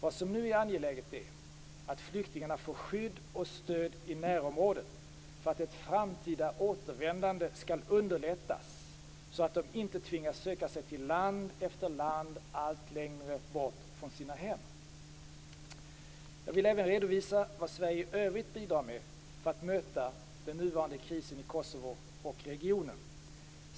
Vad som nu är angeläget är att flyktingarna får skydd och stöd i närområdet för att ett framtida återvändande skall underlättas, så att de inte tvingas söka sig till land efter land allt längre från sina hem. Jag vill även redovisa vad Sverige i övrigt bidrar med för att möta den nuvarande krisen i Kosovo och regionen.